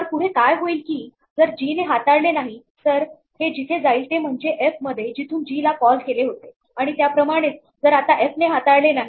तर पुढे काय होईल की जर जी ने हे हाताळले नाही तर हे जिथे जाईल ते म्हणजे एफ मध्ये जिथून जी ला कॉल केले होते आणि त्याप्रमाणेच जर आता एफ ने हे हाताळले नाही